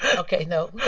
ok. no. no.